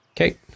Okay